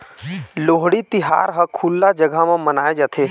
लोहड़ी तिहार ह खुल्ला जघा म मनाए जाथे